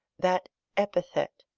that epithet.